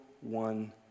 one